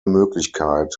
möglichkeit